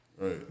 Right